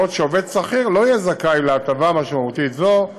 ואילו עובד שכיר לא יהיה זכאי להטבה משמעותית זו,